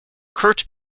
kurt